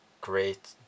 great